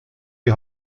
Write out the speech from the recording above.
die